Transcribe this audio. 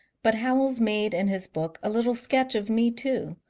but howells made in his book a little sketch of me, too,